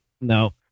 No